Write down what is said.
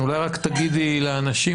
אולי רק תגידי לאנשים,